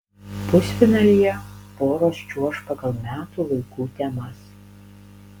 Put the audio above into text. pusfinalyje poros čiuoš pagal metų laikų temas